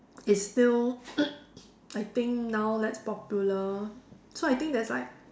it's still I think now less popular so I think there's like